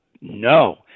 no